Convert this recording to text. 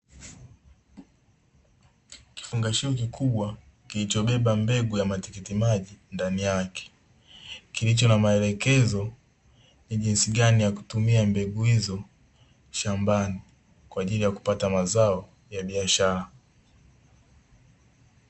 Kifungashio kikubwa kilichobeba mbegu ya matikiti maji ndani yake kilicho na maelekezo ni jinsi gani ya kutumia mbegu hizo shambani, kwa ajili ya kupata mazao ya kibiashara.